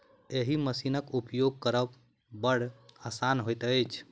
एहि मशीनक उपयोग करब बड़ आसान होइत छै